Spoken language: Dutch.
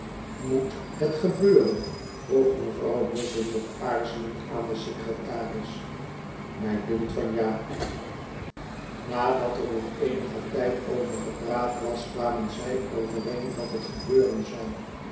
et het gebeuren vroeg mevrouw bofün nog aarzelend aan den secretaris mij dunkt van ja nadat er nog eenigen tijd over gepraat was kwamen zij overeen dat het gebeuren zou